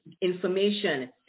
information